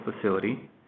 facility